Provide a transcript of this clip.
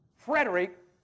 Frederick